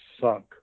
sunk